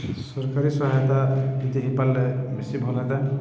ସରକାରୀ ସହାୟତା ଦେଇପାରିଲେ ବେଶୀ ଭଲ ହୁଅନ୍ତା